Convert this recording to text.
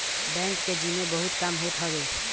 bank के जिम्मे बहुते काम होत हवे